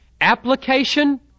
Application